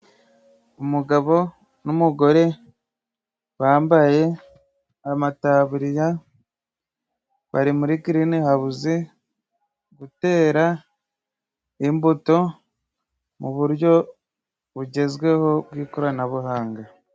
Umugabo n'umugore bambaye amataburiya bari muri girinihawuzi gutera imbuto mu uburyo bugezweho bw'ikoranabuhanga.